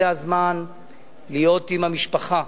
זה הזמן להיות עם המשפחה,